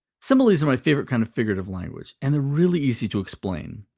similes are my favorite kind of figurative language, and they're really easy to explain.